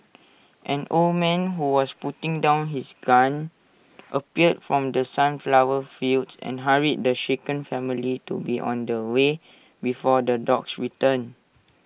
an old man who was putting down his gun appeared from the sunflower fields and hurried the shaken family to be on their way before the dogs return